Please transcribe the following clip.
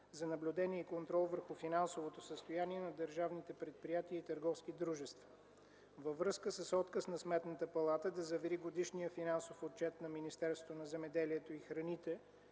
за наблюдение и контрол върху финансовото състояние на държавните предприятия и търговски дружества. Във връзка с отказ на Сметната палата да завери годишния финансов отчет на Министерството на земеделието и храните